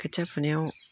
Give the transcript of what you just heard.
खोथिया फुनायाव